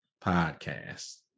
podcast